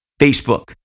Facebook